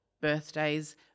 birthdays